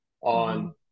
on